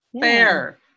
fair